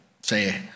say